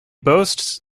boasts